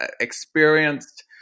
experienced